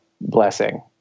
blessing